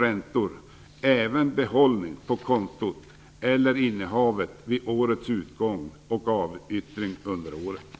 räntor skall innefatta även behållningen på kontot eller innehavet vid årets utgång och avyttringar under året.